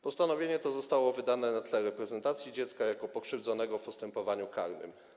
Postanowienie to zostało wydane na tle reprezentacji dziecka jako pokrzywdzonego w postępowaniu karnym.